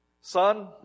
Son